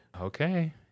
Okay